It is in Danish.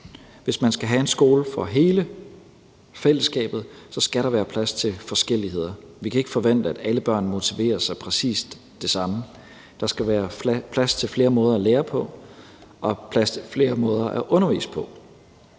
Hvis man skal have en skole for hele fællesskabet, skal der være plads til forskelligheder. Vi kan ikke forvente, at alle børn motiveres af præcis det samme; der skal være plads til flere måder at lære på og plads til flere måder at undervise på.